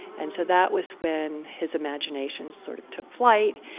and so that was when his imagination sort of took flight.